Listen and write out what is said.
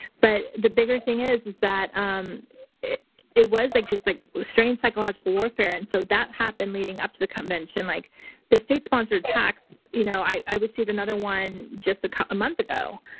but the bigger thing is is that um it it was like just like strained psychological warfare. and so that happened leading up to the convention, like the state-sponsored text. you know, i received another one just a couple months ago.